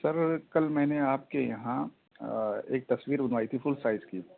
سر کل میں نے آپ کے یہاں ایک تصویر بنوائی تھی فل سائز کی